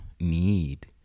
need